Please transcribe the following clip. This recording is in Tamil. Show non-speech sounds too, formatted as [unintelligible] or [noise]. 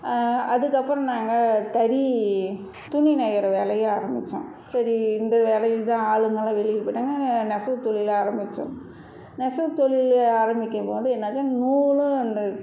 அதுக்கப்புறம் நாங்கள் தறி துணி நெய்யிற வேலையை ஆரம்பிச்சோம் சரி இந்த வேலையில்தான் ஆளுங்கெல்லாம் வெளியூர் போயிவிட்டாங்க அதனால் நெசவு தொழிலை ஆரம்பிச்சோம் நெசவு தொழில் ஆரம்பிக்கும்போது என்னது நூலும் [unintelligible]